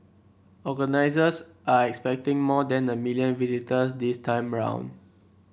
organisers are expecting more than a million visitors this time round